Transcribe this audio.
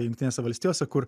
jungtinėse valstijose kur